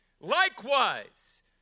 Likewise